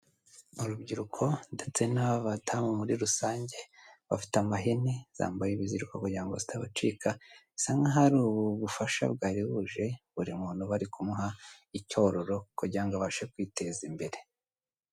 Urubyiruko ndetse n'abadamu muri rusange bafite amahene, zambaye ibiziriko kugira ngo zitabacika, bisa nk'aho ari ubu ubufasha bwari buje buri muntu bari kumuha icyororo kugira ngo abashe kwiteza imbere.